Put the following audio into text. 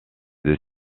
deux